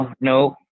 No